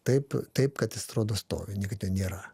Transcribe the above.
taip taip kad jis atrodo stovi niekad jo nėra